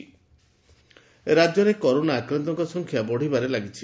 corona ରାଜ୍ୟରେ corona ଆକ୍ରାନ୍ତଙ୍କ ସଂଖ୍ୟା ବତିବାରେ ଲାଗିଛି